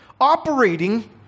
operating